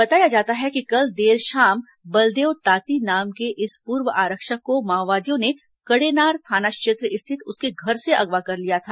बताया जाता है कि कल देर शाम बलदेव ताती नाम के इस पूर्व आरक्षक को माओवादियों ने कड़ेनार थाना क्षेत्र स्थित उसके घर से अगवा कर लिया था